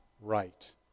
right